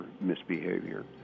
misbehavior